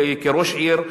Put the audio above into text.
וכראש עיר,